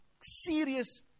Serious